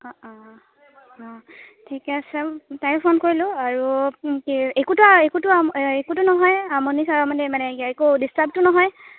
অ' অ' অঁ ঠিকে আছে তাকে ফোন কৰিলোঁ আৰু একোতো একোতো একোটো নহয় মানে আমনি চামনি মানে একো ডিচটাৰ্বটো নহয়